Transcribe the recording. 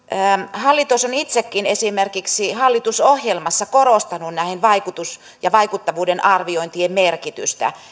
hallitus on itsekin esimerkiksi hallitusohjelmassa korostanut näiden vaikutus ja vaikuttavuuden arviointien merkitystä